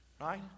right